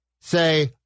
say